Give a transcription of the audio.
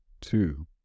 two